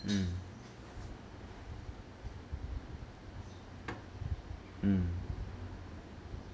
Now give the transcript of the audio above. mm mm